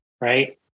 right